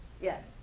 Yes